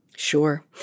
Sure